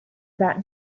that